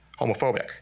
homophobic